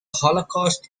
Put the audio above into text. holocaust